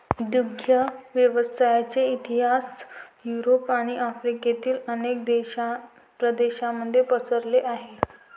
दुग्ध व्यवसायाचा इतिहास युरोप आणि आफ्रिकेतील अनेक प्रदेशांमध्ये पसरलेला आहे